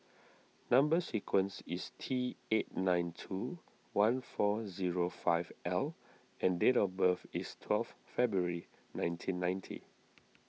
Number Sequence is T eight nine two one four zero five L and date of birth is twelve February nineteen ninety